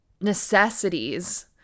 necessities